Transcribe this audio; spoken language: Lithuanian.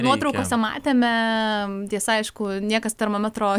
nuotraukose matėme tiesa aišku niekas termometro